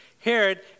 Herod